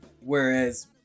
whereas